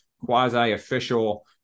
quasi-official